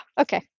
Okay